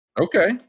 Okay